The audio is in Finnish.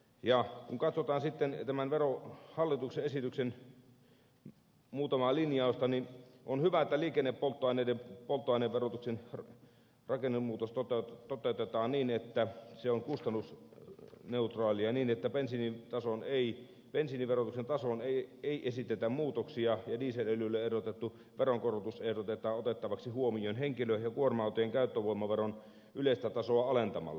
kun katsotaan sitten tämän hallituksen esityksen muutamaa linjausta niin on hyvä että liikennepolttoaineiden polttoaineverotuksen rakennemuutos toteutetaan niin että se on kustannusneutraali ja niin että bensiiniverotuksen tasoon ei esitetä muutoksia ja dieselöljylle ehdotettu veronkorotus ehdotetaan otettavaksi huomioon henkilö ja kuorma autojen käyttövoimaveron yleistä tasoa alentamalla